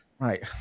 Right